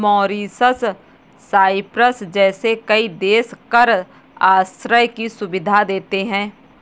Mauritius, Cyprus जैसे कई देश कर आश्रय की सुविधा देते हैं